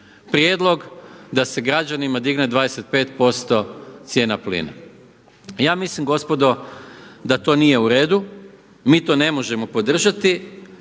prijedlog da se građanima digne 25% cijena plina. Ja mislim gospodo da to nije u redu, mi to ne možemo podržati.